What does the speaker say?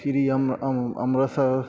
Shri Amritsar